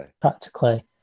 practically